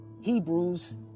Hebrews